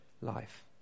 life